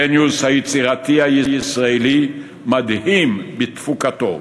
הגניוס היצירתי הישראלי מדהים בתפוקתו,